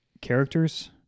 characters